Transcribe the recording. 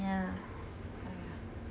ya